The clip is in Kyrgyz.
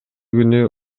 күнү